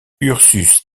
ursus